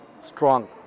strong